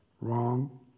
wrong